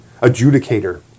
Adjudicator